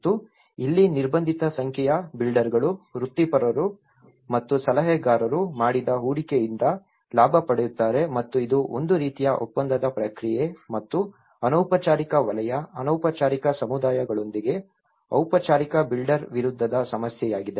ಮತ್ತು ಇಲ್ಲಿ ನಿರ್ಬಂಧಿತ ಸಂಖ್ಯೆಯ ಬಿಲ್ಡರ್ಗಳು ವೃತ್ತಿಪರರು ಮತ್ತು ಸಲಹೆಗಾರರು ಮಾಡಿದ ಹೂಡಿಕೆಯಿಂದ ಲಾಭ ಪಡೆಯುತ್ತಾರೆ ಮತ್ತು ಇದು ಒಂದು ರೀತಿಯ ಒಪ್ಪಂದದ ಪ್ರಕ್ರಿಯೆ ಮತ್ತು ಅನೌಪಚಾರಿಕ ವಲಯ ಅನೌಪಚಾರಿಕ ಸಮುದಾಯಗಳೊಂದಿಗೆ ಔಪಚಾರಿಕ ಬಿಲ್ಡರ್ ವಿರುದ್ಧದ ಸಮಸ್ಯೆಯಾಗಿದೆ